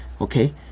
okay